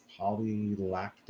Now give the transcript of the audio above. polylactic